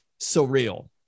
surreal